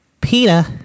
Peter